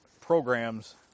programs